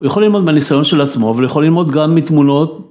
‫הוא יכול ללמוד מהניסיון של עצמו, ‫הוא יכול ללמוד גם מתמונות.